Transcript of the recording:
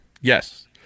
Yes